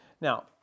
Now